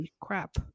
Crap